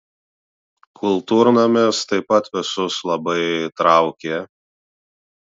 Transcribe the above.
kultūrnamis taip pat visus labai traukė